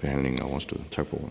behandling er overstået. Tak for